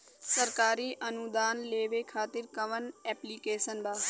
सरकारी अनुदान लेबे खातिर कवन ऐप्लिकेशन बा?